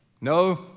No